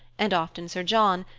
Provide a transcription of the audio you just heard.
and often sir john,